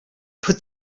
put